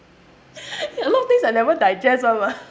a lot of things I never digest [one] mah